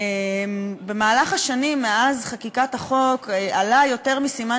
ובמהלך השנים מאז חקיקת החוק עלה יותר מסימן